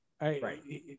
Right